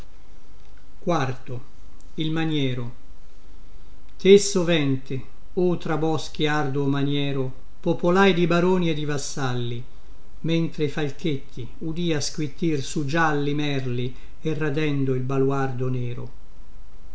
dolce fiume te sovente o tra boschi arduo maniero popolai di baroni e di vassalli mentre i falchetti udia squittio su gialli merli e radendo il baluardo nero